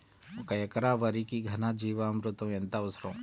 ఒక ఎకరా వరికి ఘన జీవామృతం ఎంత అవసరం?